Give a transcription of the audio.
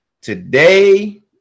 Today